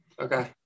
Okay